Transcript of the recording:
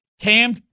Cam